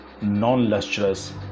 non-lustrous